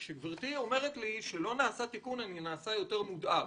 כשגברתי אומרת לי שלא נעשה תיקון אני נעשה יותר מודאג,